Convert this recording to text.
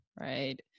right